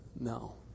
No